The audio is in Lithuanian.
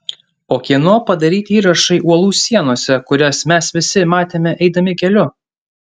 o kieno padaryti įrašai uolų sienose kurias mes visi matėme eidami keliu